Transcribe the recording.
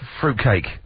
fruitcake